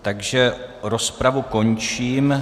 Takže rozpravu končím.